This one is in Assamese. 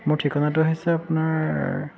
মোৰ ঠিকনাটো হৈছে আপোনাৰ